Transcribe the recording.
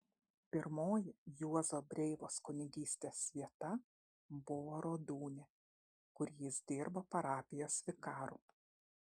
pirmoji juozo breivos kunigystės vieta buvo rodūnia kur jis dirbo parapijos vikaru